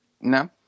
No